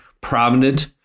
prominent